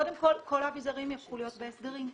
קודם כול, כל האביזרים יהפכו להיות בהסדרים.